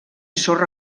sorra